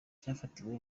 cyafatiwe